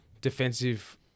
defensive